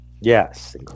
Yes